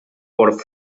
por